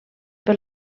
per